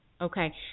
Okay